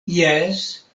jes